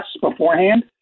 beforehand